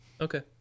Okay